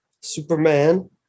Superman